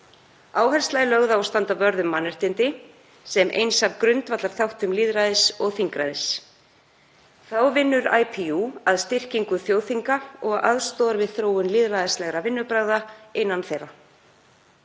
Áhersla er lögð á að standa vörð um mannréttindi sem eins af grundvallarþáttum lýðræðis og þingræðis. Þá vinnur IPU að styrkingu þjóðþinga og aðstoðar við þróun lýðræðislegra vinnubragða innan þeirra.